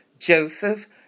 Joseph